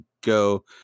go